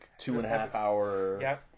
two-and-a-half-hour